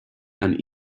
and